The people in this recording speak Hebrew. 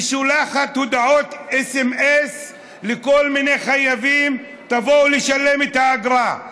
והיא שולחת הודעות סמ"ס לכל מיני חייבים: תבואו לשלם את האגרה.